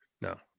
No